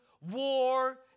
war